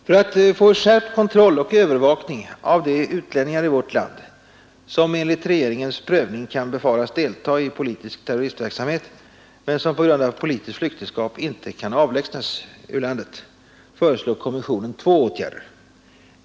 För att få skärpt kontroll och övervakning av de utlänningar i vårt land, som enligt regeringens prövning kan befaras delta i politisk terroristverksamhet men som på grund av politiskt flyktingskap inte kan avlägsnas ur riket, föreslår kommissionen två åtgärder.